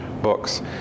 books